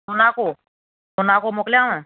मुनाको मुनाको मोकिलियांव